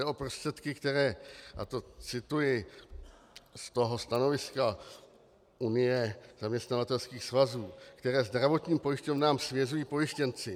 Jde o prostředky, které, a to cituji z toho stanoviska Unie zaměstnavatelských svazů, které zdravotním pojišťovnám svěřují pojištěnci.